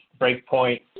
Breakpoint